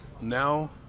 now